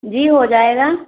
जी हो जाएगा